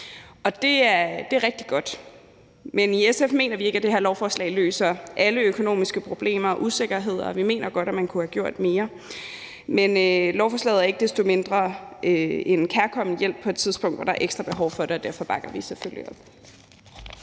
Det er rigtig godt, men i SF mener vi ikke, at det her lovforslag løser alle økonomiske problemer og usikkerheder, og vi mener godt, man kunne have gjort mere. Men lovforslaget er ikke desto mindre en kærkommen hjælp på et tidspunkt, hvor der er ekstra behov for det, og derfor bakker vi selvfølgelig op.